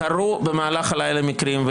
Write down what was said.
קרו במהלך הלילה מקרים,